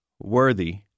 worthy